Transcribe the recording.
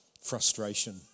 frustration